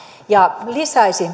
ja myöskin lisäisi